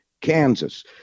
Kansas